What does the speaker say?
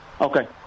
okay